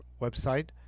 website